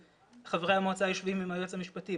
חברי המועצה יושבים עם היועץ המשפטי,